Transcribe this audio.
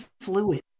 fluid